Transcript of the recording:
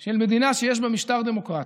של מדינה שיש בה משטר דמוקרטי.